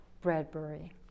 Bradbury